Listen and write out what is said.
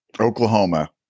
Oklahoma